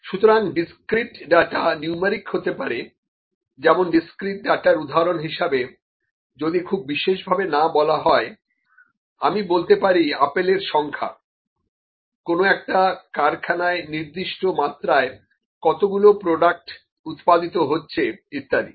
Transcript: সুতরাং discrete data numeric হতে পারে যেমন ডিসক্রিট ডাটার উদাহরণ হিসেবে যদি খুব বিশেষ ভাবে না বলা হয় আমি বলতে পারি আপেলের সংখ্যা কোনো একটা কারখানায় নির্দিষ্ট মাত্রায় কতগুলো প্রডাক্ট উৎপাদিত হচ্ছে ইত্যাদি